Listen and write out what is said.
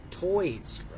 toys